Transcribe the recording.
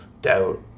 doubt